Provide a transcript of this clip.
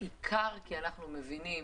בעיקר כי אנחנו מבינים